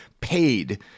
paid